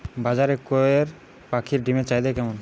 বাজারে কয়ের পাখীর ডিমের চাহিদা কেমন?